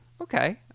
okay